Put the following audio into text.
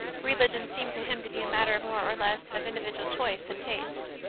religion seemed to him to be a matter more or less of indi vidual choice and tastes.